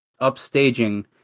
upstaging